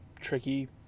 tricky